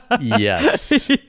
Yes